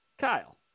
Kyle